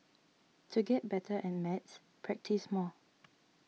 to get better at maths practise more